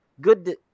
good